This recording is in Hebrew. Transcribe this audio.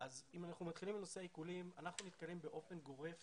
אנחנו נתקלים באופן גורף